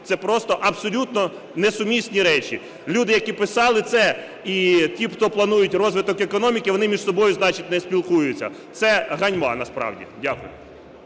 Це просто абсолютно несумісні речі. Люди, які писали це, і ті, хто планують розвиток економіки, вони між собою значить не спілкуються. Це ганьба насправді! Дякую.